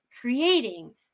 creating